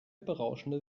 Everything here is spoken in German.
berauschende